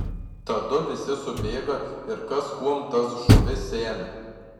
tadu visi subėga ir kas kuom tas žuvis semia